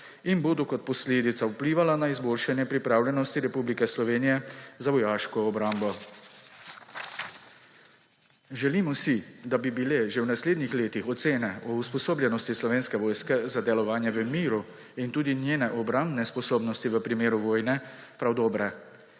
in bodo kot posledica vplivala na izboljšanje pripravljenosti Republike Slovenije za vojaško obrambo. Želimo si, da bi bile že v naslednjih letih ocene o usposobljenosti Slovenske vojske za delovanje v miru in tudi njene obrambne sposobnosti v primeru vojne prav dobre.